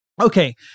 Okay